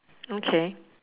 okay